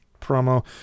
promo